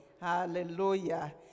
hallelujah